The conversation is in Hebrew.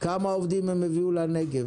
כמה עובדים הם הביאו לנגב.